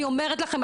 אני אומרת לכם,